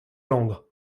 langres